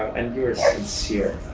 and you were sincere.